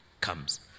comes